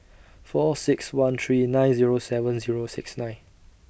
four six one three nine Zero seven Zero six nine